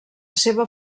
seva